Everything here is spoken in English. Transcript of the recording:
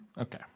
Okay